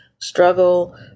struggle